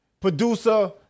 Producer